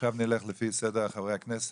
עכשיו נלך לפי סדר חברי הכנסת.